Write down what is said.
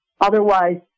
Otherwise